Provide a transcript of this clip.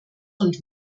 und